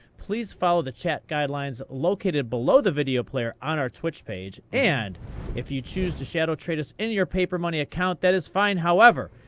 please follow the chat guidelines located below the video player on our twitch page. and if you choose to shadow trader us in your papermoney account, that is fine. however,